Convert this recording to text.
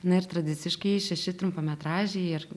na ir tradiciškai šeši trumpametražiai ir